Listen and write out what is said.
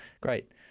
Great